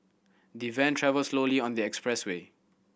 the van travelled slowly on the expressway